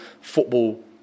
football